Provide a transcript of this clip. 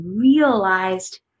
realized